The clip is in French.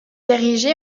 érigé